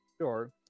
Sure